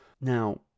Now